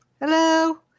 hello